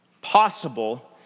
possible